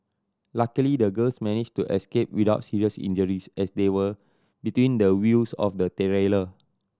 luckily the girls managed to escape without serious injuries as they were between the wheels of the